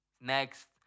Next